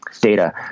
data